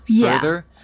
further